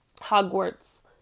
Hogwarts